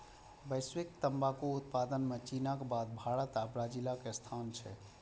वैश्विक तंबाकू उत्पादन मे चीनक बाद भारत आ ब्राजीलक स्थान छै